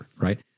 right